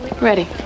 Ready